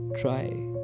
try